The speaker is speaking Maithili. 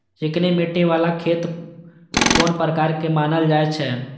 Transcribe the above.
चिकनी मिट्टी बाला खेत कोन प्रकार के मानल जाय छै?